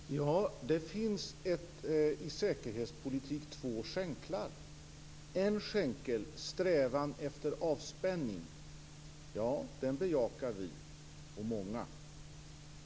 Fru talman! Det finns två skänklar i säkerhetspolitiken. En skänkel är strävan efter avspänning. Den bejakar vi - det gör många.